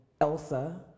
Elsa